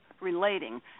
relating